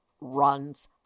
runs